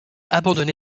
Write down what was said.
abandonné